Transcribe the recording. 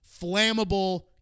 flammable